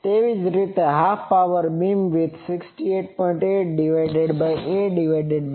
તેવી જ રીતે હાફ પાવર બીમવિથડિગ્રીમાં 68